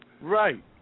Right